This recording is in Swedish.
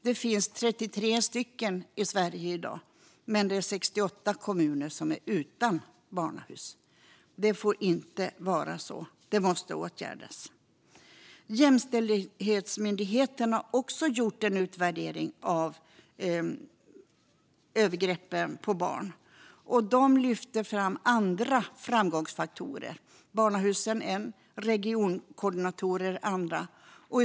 Det finns 33 stycken i Sverige i dag, men det är 68 kommuner som är utan barnahus. Det får inte vara så; detta måste åtgärdas. Jämställdhetsmyndigheten har också gjort en utvärdering av arbetet gällande övergrepp mot barn. De lyfter fram andra framgångsfaktorer. Barnahusen är en; regionkoordinatorer är en annan.